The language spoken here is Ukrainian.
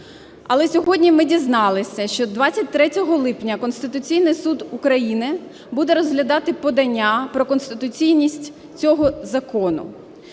Але сьогодні ми дізналися, що 23 липня Конституційний Суд України буде розглядати подання про конституційність цього закону.